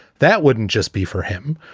that wouldn't just be for him.